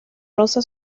rosa